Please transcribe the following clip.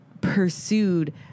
pursued